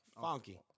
Funky